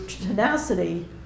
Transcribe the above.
tenacity